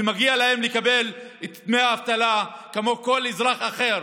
ומגיע להם לקבל את דמי האבטלה כמו כל אזרח אחר,